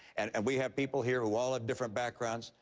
and and we have people here who all ah different backgrounds.